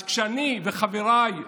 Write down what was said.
אז כשאני וחבריי,